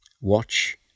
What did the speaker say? Watch